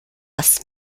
was